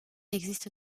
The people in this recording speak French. existe